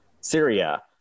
Syria